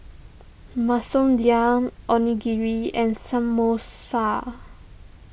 Masoor Dal Onigiri and Samosa